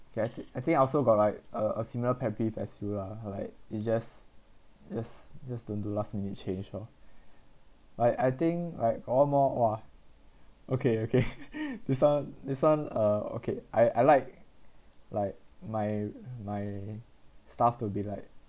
okay I th~ I think I also got like a a similar pet peeve as you lah like it's just just just don't do last minute change lor like I think like all more !wah! okay okay this one this one uh okay I I like like my my stuff to be like